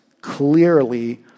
clearly